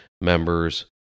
members